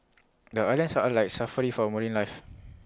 the islands are like Safari for marine life